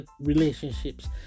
relationships